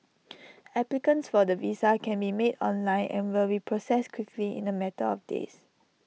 applicants for the visa can be made online and will be processed quickly in A matter of days